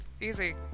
easy